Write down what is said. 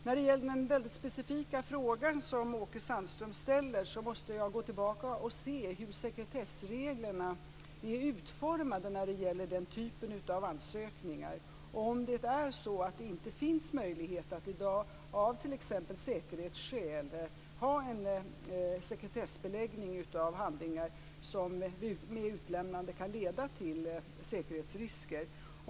När det gäller den väldigt specifika frågan som Åke Sandström ställer måste jag gå tillbaka och se hur sekretessreglerna är utformade när det gäller den typen av ansökningar och om det är så att det inte finns möjlighet att i dag av t.ex. säkerhetsskäl ha en sekretessbeläggning av handlingar som vid utlämnande kan leda till säkerhetsrisker.